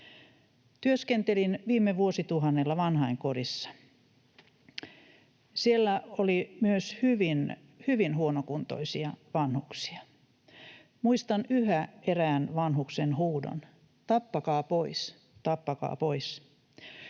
Työskentelin viime vuosituhannella vanhainkodissa. Siellä oli myös hyvin, hyvin huonokuntoisia vanhuksia. Muistan yhä erään vanhuksen huudon: ”Tappakaa pois, tappakaa pois!”